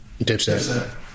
Dipset